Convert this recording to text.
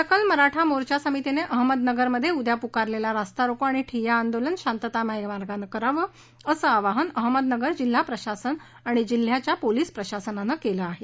सकल मराठा मोर्चा समितीने अहमदनगर मध्ये उद्या पुकारलेला रास्ता रोको आणि ठिय्या आंदोलन शांततामय मार्गानं करावं असं आवाहन अहमदनगर जिल्हा प्रशासन आणि जिल्ह्याच्या पोलीस प्रशासनाने केले आहे